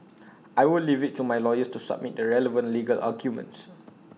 I will leave IT to my lawyers to submit the relevant legal arguments